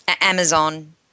Amazon